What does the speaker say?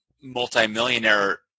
multimillionaire